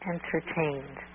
Entertained